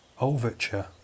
Overture